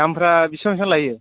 दामफोरा बेसेबां बेसेबां लायो